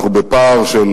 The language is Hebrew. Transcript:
אנחנו בפער של